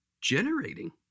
generating